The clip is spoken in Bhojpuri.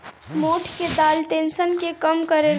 मोठ के दाल टेंशन के कम करेला